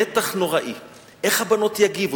היתה במתח נוראי איך הבנות יגיבו.